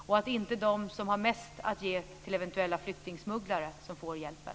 Det är inte de som har mest att ge till eventuella flyktingsmugglare som ska få hjälpen.